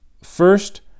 First